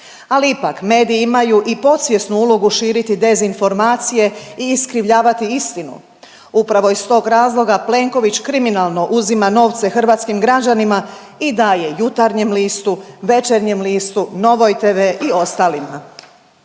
ali ipak mediji imaju i podsvjesnu ulogu širiti dezinformacije i iskrivljavati istinu. Upravo iz tog razloga Plenković kriminalno uzima novce hrvatskim građanima i daje „Jutarnjem listu“, „Večernjem listu“, „Novoj TV“ i ostalima.